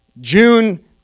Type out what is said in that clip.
June